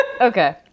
Okay